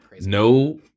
no